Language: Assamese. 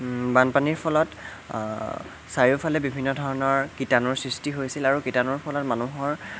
বানপানীৰ ফলত চাৰিওফালে বিভিন্ন ধৰণৰ কীটানুৰ সৃষ্টি হৈছিল আৰু কীটানুৰ ফলত মানুহৰ